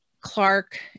Clark